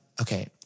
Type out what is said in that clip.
Okay